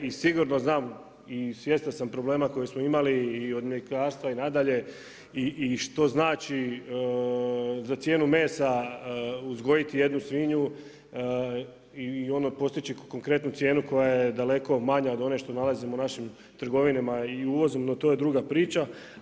I sigurno znam i svjestan sam problema koje smo imali i od mljekarstva i nadalje i što znači za cijenu mesa uzgojiti jednu svinju i ono postići konkretnu cijenu koja je daleko manja od one što nalazimo u našim trgovinama i uvozu ali to je druga priča.